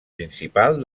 principal